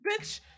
bitch